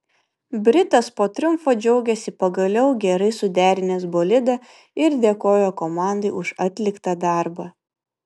britas po triumfo džiaugėsi pagaliau gerai suderinęs bolidą ir dėkojo komandai už atliktą darbą